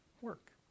work